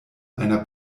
einer